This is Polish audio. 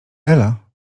ela